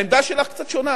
העמדה שלך קצת שונה.